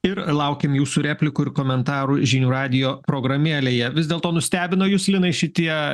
ir laukiam jūsų replikų ir komentarų žinių radijo programėlėje vis dėlto nustebino jus linai šitie